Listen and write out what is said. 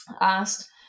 asked